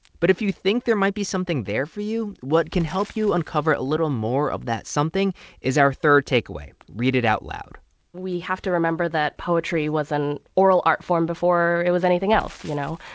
but if you think there might be something there for you, what can help you uncover a little more of that something is our third takeaway. read it out loud we have to remember that poetry was an oral art form before it was anything else, you know,